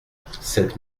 cette